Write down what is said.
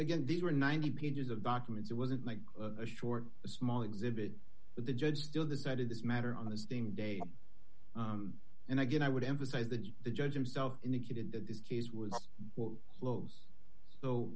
again these were ninety pages of documents it wasn't like a short small exhibit but the judge still decided this matter on a steam day and again i would emphasize that the judge himself indicated that this case was close so